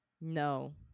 no